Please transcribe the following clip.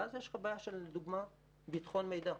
ואז יש לך בעיה של, דוגמה, ביטחון מידע.